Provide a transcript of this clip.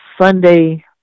Sunday